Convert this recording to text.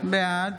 בעד